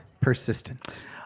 Persistence